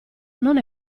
non